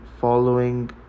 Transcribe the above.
following